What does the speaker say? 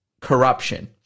corruption